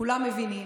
כולם מבינים,